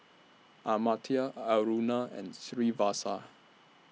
Amartya Aruna and Srinivasa